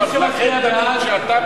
נתחיל, שאתה